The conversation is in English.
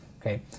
okay